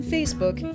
Facebook